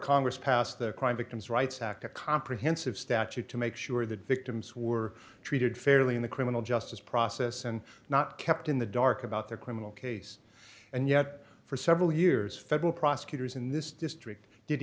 congress passed the crime victims rights act a comprehensive statute to make sure that victims were treated fairly in the criminal justice process and not kept in the dark about their criminal case and yet for several years federal prosecutors in this district did